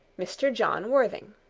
mr. john worthing.